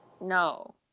no